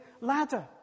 ladder